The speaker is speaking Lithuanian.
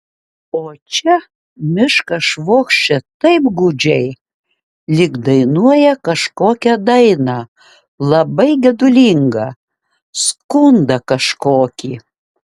o čia miškas švokščia taip gūdžiai lyg dainuoja kažkokią dainą labai gedulingą skundą kažkokį